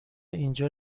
اینجا